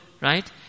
right